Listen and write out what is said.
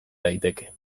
daiteke